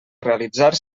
realitzar